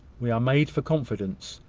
we are made for confidence,